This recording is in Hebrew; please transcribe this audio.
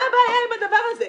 מה הבעיה עם הדבר הזה?